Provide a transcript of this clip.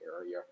area